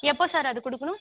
எப்போ சார் அது கொடுக்கணும்